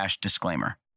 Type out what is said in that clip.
disclaimer